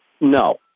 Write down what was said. No